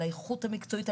על האיכות המקצועית,